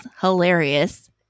hilarious